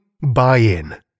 Buy-In